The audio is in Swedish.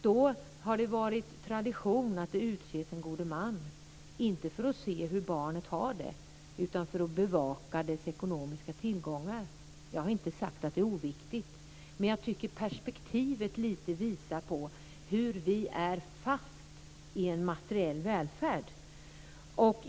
Då har det varit tradition att det utses en god man, inte för att se hur barnet har det utan för att bevaka dess ekonomiska tillgångar. Jag har inte sagt att det är oviktigt, men jag tycker att perspektivet lite visar på att vi är fast i en materiell välfärd.